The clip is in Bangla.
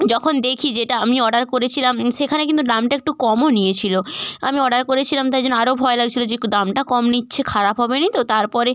যখন দেখি যে এটা আমি অর্ডার করেছিলাম সেখানে কিন্তু দামটা একটু কমও নিয়েছিলো আমি অডার করেছিলাম তাই জন্য আরো ভয় লাগছিলো যে দামটা কম নিচ্ছে খারাপ হবে নি তো তারপরে